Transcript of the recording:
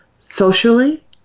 socially